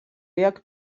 jak